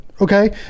okay